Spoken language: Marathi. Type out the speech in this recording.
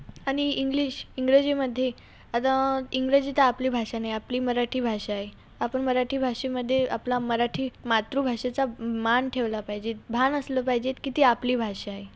आणि इंग्लिश इंग्रजीमध्ये आता इंग्रजी तर आपली भाषा नाही आपली मराठी भाषा आहे आपण मराठी भाषेमध्ये आपला मराठी मातृभाषेचा मान ठेवला पाहिजे भान असलं पाहिजे की ती आपली भाषा आहे